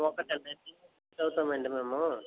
ఒక టెన్ అవుతామండి మేము